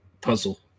puzzle